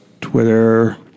Twitter